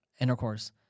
intercourse